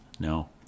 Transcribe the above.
No